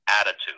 attitude